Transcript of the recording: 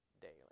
daily